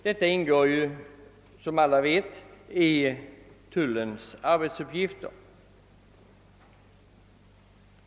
Detta är ju som alla vet en av tullens arbetsuppgifter.